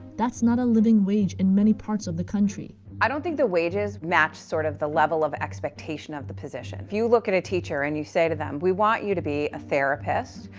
that's not a living wage in many parts of the country. i don't think the wages match sort of the level of expectation of the position. if you look at a teacher and you say to them, we want you to be a therapist,